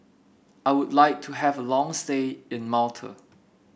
I would like to have a long stay in Malta